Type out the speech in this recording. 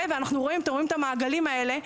אתם רואים את המעגלים האלה,